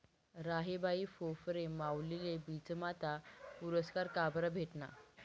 राहीबाई फोफरे माउलीले बीजमाता पुरस्कार काबरं भेटना?